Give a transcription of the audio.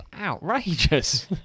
outrageous